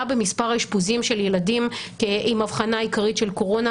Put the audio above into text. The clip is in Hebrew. במספר האשפוזים של ילדים עם אבחנה עיקרית של קורונה,